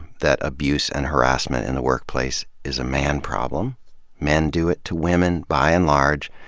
that abuse and harassment in the workplace is a man problem men do it to women, by and large,